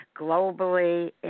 globally